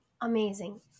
Amazing